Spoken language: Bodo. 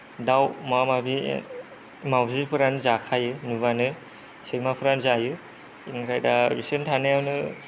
दाउ माबा माबि माउजिफोरानो जाखायो नुबानो सैमाफोरानो जायो बिनिखाय दा आरो बिसोर थानायावनो